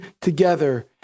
together